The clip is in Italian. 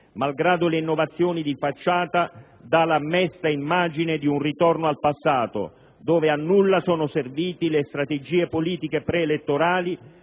malgrado le innovazioni di facciata, dà la mesta immagine di un ritorno al passato, dove a nulla sono servite le strategie politiche preelettorali